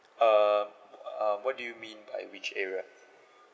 um um what do you mean by which area